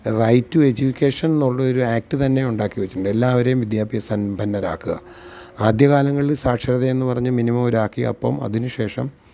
right to education എന്നുള്ള ഒരു act തന്നെ ഉണ്ടാക്കി വച്ചിട്ടുണ്ട് എല്ലാവരെയും വിദ്യാഭ്യാസമ്പന്നരാക്കുക ആദ്യകാലങ്ങളില് സാക്ഷരതയെന്ന് പറഞ്ഞു മിനിമം ഒരാക്കി അപ്പം അതിന് ശേഷം